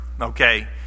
Okay